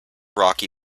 rocky